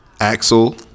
Axel